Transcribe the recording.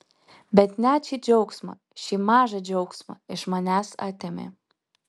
bet net šį džiaugsmą šį mažą džiaugsmą iš manęs atėmė